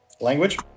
Language